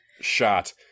shot